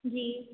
जी